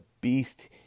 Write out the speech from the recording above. beast